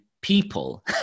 people